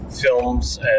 films